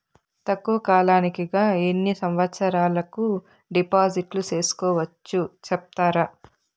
తక్కువ కాలానికి గా ఎన్ని సంవత్సరాల కు డిపాజిట్లు సేసుకోవచ్చు సెప్తారా